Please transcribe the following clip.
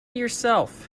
yourself